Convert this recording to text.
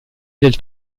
del